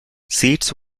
seats